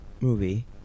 movie